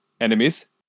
enemies